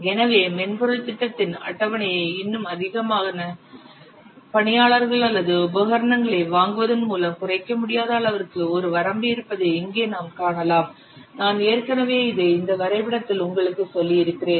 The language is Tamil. எனவே மென்பொருள் திட்டத்தின் அட்டவணையை இன்னும் அதிகமான பணியாளர்கள் அல்லது உபகரணங்களை வாங்குவதன் மூலம் குறைக்க முடியாத அளவிற்கு ஒரு வரம்பு இருப்பதை இங்கே நாம் காணலாம் நான் ஏற்கனவே இதை இந்த வரைபடத்தில் உங்களுக்குச் சொல்லியிருக்கிறேன்